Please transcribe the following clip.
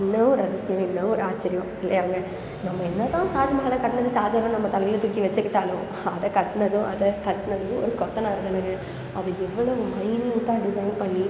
என்ன ஒரு அதிசயம் என்ன ஒரு ஆச்சரியம் இல்லையாங்க நம்ம என்ன தான் தாஜ்மஹாலை கட்டினது ஷாஜஹான்னு நம்ம தலையில் தூக்கி வெச்சுக்கிட்டாலும் அதை கட்டினதும் அதை கட்டினது ஒரு கொத்தனாருதானுங்க அது எவ்வளவு மைன்யூட்டாக டிசைன் பண்ணி